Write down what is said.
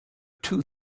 two